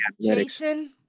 Jason